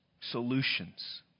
solutions